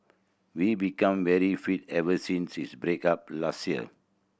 we became very fit ever since his break up last year